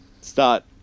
start